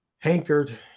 hankered